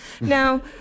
Now